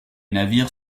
navires